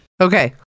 okay